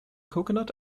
coconut